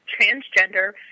transgender